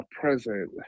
present